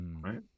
right